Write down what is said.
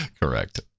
correct